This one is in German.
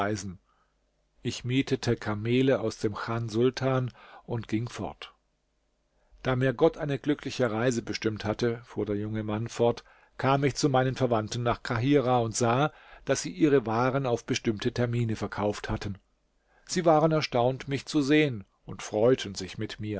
ich mietete kamele aus dem chan sultan und ging fort da mir gott eine glückliche reise bestimmt hatte fuhr der junge mann fort kam ich zu meinen verwandten nach kahirah und sah daß sie ihre waren auf bestimmte termine verkauft hatten sie waren erstaunt mich zu sehen und freuten sich mit mir